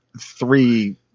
three